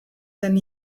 than